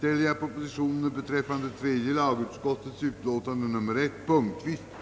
föringen och med förklaring att vissa